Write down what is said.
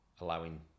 allowing